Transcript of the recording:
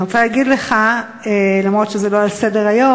אני רוצה להגיד לך, למרות שזה לא על סדר-היום,